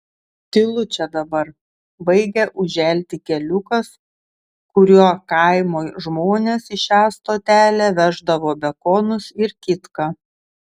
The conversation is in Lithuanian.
tylu čia dabar baigia užželti keliukas kuriuo kaimo žmonės į šią stotelę veždavo bekonus ir kitką